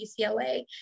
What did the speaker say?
UCLA